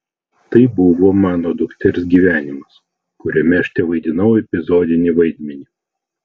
tai buvo mano dukters gyvenimas kuriame aš tevaidinau epizodinį vaidmenį